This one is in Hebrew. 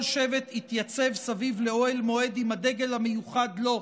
שבט התייצב סביב לאוהל מועד עם הדגל המיוחד לו,